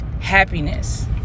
happiness